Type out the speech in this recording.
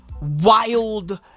wild